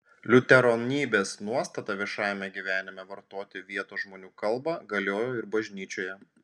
liuteronybės nuostata viešajame gyvenime vartoti vietos žmonių kalbą galiojo ir bažnyčioje